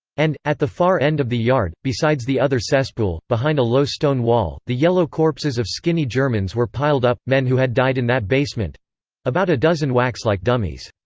and, at the far end of the yard, besides the other cesspool, behind a low stone wall, the yellow corpses of skinny germans were piled up men who had died in that basement about a dozen wax-like dummies.